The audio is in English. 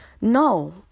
No